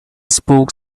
spoke